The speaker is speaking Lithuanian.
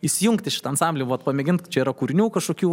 įsijungti į šitą ansamblį vat pamėgint čia yra kūrinių kažkokių